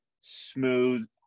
smooth